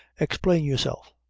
explain yourself.